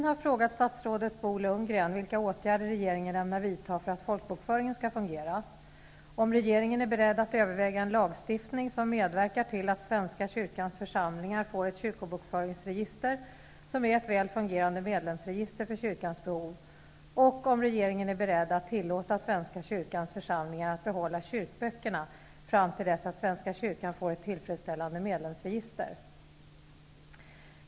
Herr talman! Sigge Godin har frågat statsrådet Bo 2.om regeringen är beredd att överväga en lagstiftning som medverkar till att svenska kyrkans församlingar får ett kyrkobokföringsregister som är ett väl fungerande medlemsregister för kyrkans behov, och 3.om regeringen är beredd att tillåta svenska kyrkans församlingar att behålla kyrkböckerna fram till dess att svenska kyrkan får ett tillfredsställande medlemsregister.